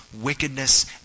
wickedness